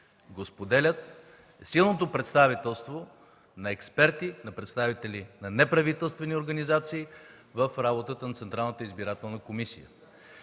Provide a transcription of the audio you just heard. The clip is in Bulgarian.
го споделят, е силното представителство на експерти, на представители на неправителствени организации в работата на Централната избирателна комисия.